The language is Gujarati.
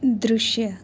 દૃશ્ય